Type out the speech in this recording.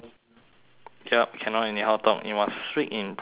yup cannot anyhow talk you must speak in proper english